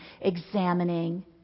examining